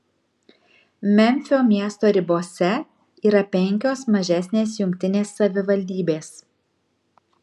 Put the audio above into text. memfio miesto ribose yra penkios mažesnės jungtinės savivaldybės